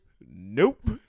Nope